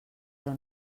però